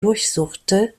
durchsuchte